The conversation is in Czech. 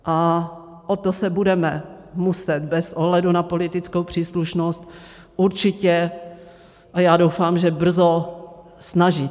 A o to se budeme muset bez ohledu na politickou příslušnost určitě a já doufám, že brzo snažit.